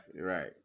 Right